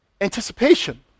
anticipation